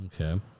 Okay